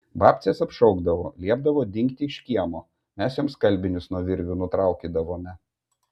babcės apšaukdavo liepdavo dingti iš kiemo mes joms skalbinius nuo virvių nutraukydavome